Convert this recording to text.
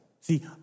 See